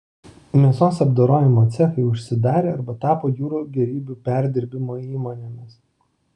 mėsos apdorojimo cechai užsidarė arba tapo jūrų gėrybių perdirbimo įmonėmis